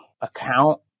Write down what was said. account